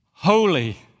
Holy